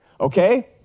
Okay